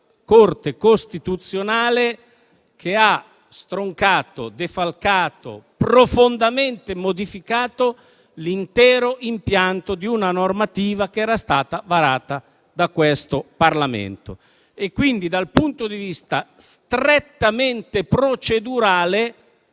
Corte costituzionale che ha stroncato, defalcato e profondamente modificato l'intero impianto di una normativa che era stata varata da questo Parlamento. Dal punto di vista strettamente procedurale,